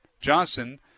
Johnson